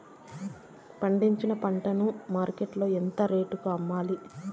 పండించిన పంట ను మార్కెట్ లో ఎంత రేటుకి అమ్మాలి?